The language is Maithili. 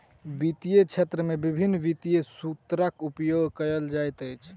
वित्तीय क्षेत्र में विभिन्न वित्तीय सूत्रक उपयोग कयल जाइत अछि